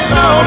no